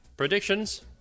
Predictions